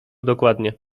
dokładnie